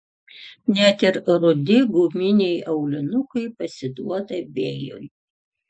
net ir rudi guminiai aulinukai pasiduoda vėjui